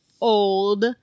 old